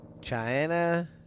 China